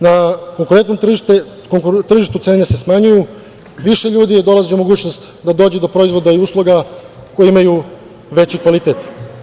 Na konkurentnom tržištu cene se smanjuju, više ljudi dolazi u mogućnost da dođe do proizvoda i usluga koji imaju veći kvalitet.